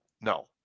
No